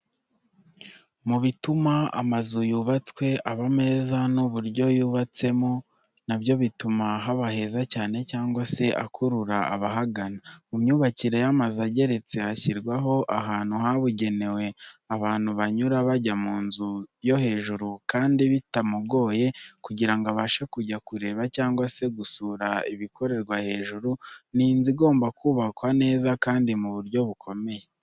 Mu bituma amazu yubatswe aba meza n'uburyo yubatsemo na byo bituma haba heza cyane cyangwa se akurura abahagana. Mu myubakire y'amazu ageretse hashyirwaho ahantu habugenewe abantu banyura bajya mu nzu yo hejuru kandi bitamugoye kugira ngo abashe kujya kureba cyangwa se gusura ibikorerwa hejuru, ni inzu igomba kubakwa neza kandi mu buryo bukomeye.